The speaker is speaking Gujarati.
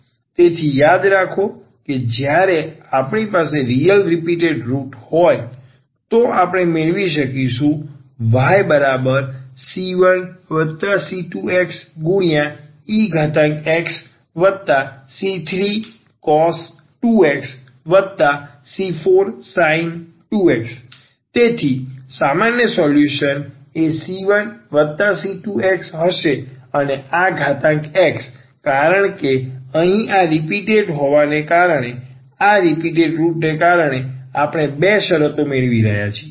તેથી યાદ રાખો કે જ્યારે આપણી પાસે રીયલ રીપીટેટ રુટ હોય તો આપણે મેળવીશું yc1c2xexc3cos 2x c4sin 2x તેથી સામાન્ય સોલ્યુશન એ c1c2x હશે અને આ ઘાતક x કારણ કે અહીં આ રીપીટેટ રુટ હોવાને કારણે આ રીપીટેટ રુટને કારણે આપણે આ બે શરતો મેળવીએ છીએ